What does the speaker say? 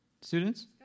students